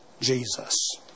Jesus